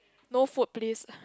no food please